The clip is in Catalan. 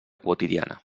quotidiana